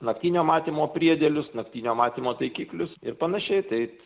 naktinio matymo priedėlius naktinio matymo taikiklius ir panašiai tai